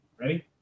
Ready